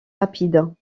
rapides